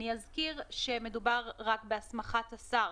אני אזכיר שמדובר רק בהסמכת השר